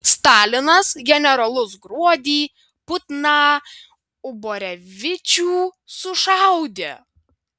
stalinas generolus gruodį putną uborevičių sušaudė